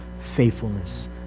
faithfulness